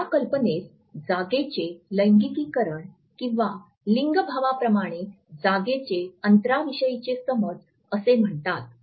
या कल्पनेस जागेचे लैंगिकीकरण किंवा लिंगभावाप्रमाणे जागेचे अंतराविषयीचे समज असे म्हणतात